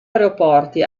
aeroporti